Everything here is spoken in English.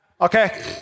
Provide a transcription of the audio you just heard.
Okay